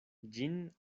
ĝin